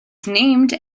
named